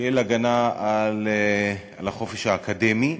של הגנה על החופש האקדמי.